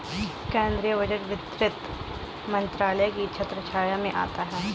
केंद्रीय बजट वित्त मंत्रालय की छत्रछाया में आता है